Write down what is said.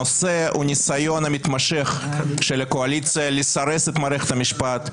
הנושא הוא הניסיון המתמשך של הקואליציה לסרס את מערכת המשפט,